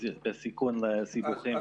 בסיכון לסיבוכים.